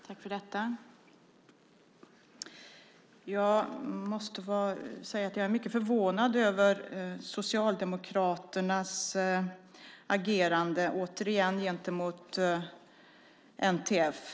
Herr talman! Jag måste säga att jag är mycket förvånad över Socialdemokraternas agerande, återigen, gentemot NTF.